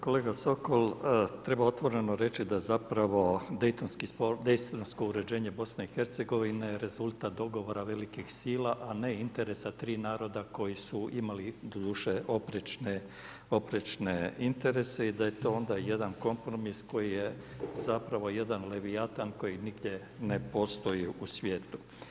Kolega Sokol, treba otvoreni reći da zapravo daytonsko uređenje BiH-a je rezultat dogovora velikih sila a ne interesa 3 naroda koji su imali doduše oprečne interese i da je to onda jedan kompromis koji je zapravo jedan Levijatan koji nigdje ne postoji u svijetu.